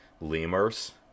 Lemurs